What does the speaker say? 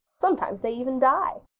sometimes they even die,